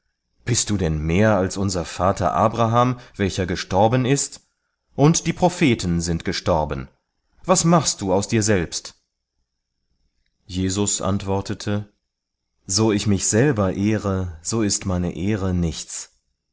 bist du denn mehr als unser vater abraham welcher gestorben ist und die propheten sind gestorben was machst du aus dir selbst jesus antwortete so ich mich selber ehre so ist meine ehre nichts